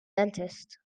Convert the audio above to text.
dentist